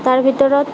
তাৰ ভিতৰত